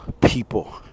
people